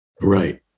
Right